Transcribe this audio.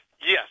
Yes